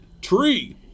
Tree